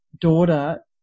daughter